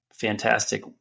fantastic